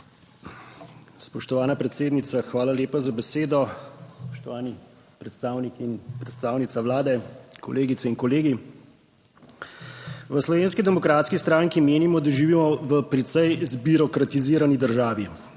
Spoštovana predsednica, hvala lepa za besedo. Spoštovani predstavnik in predstavnica Vlade, kolegice in kolegi. V Slovenski demokratski stranki menimo, da živimo v precej zbirokratizirani državi.